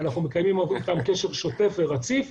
אנחנו מקיימים קשר שוטף ורציף,